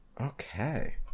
Okay